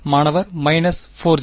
மாணவர் 4j